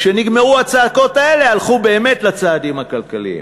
כשנגמרו הצעקות האלה, הלכו באמת לצעדים הכלכליים.